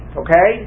okay